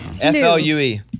F-L-U-E